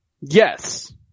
Yes